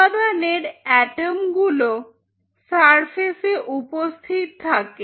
উপাদানের অ্যাটম্গুলো সারফেসে উপস্থিত থাকে